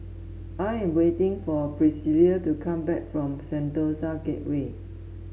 I am waiting for Priscila to come back from Sentosa Gateway